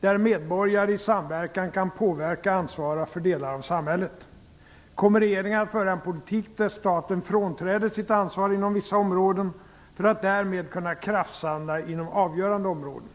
där medborgare i samverkan kan påverka och ansvara för delar av samhället? Kommer regeringen att föra en politik där staten frånträder sitt ansvar inom vissa områden för att därmed kunna kraftsamla inom avgörande områden?